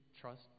trust